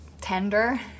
tender